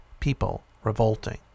PeopleRevolting